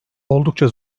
oldukça